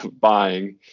buying